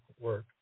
work